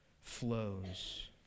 flows